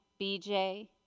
BJ